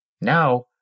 now